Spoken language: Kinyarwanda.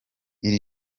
iri